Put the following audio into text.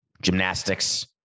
gymnastics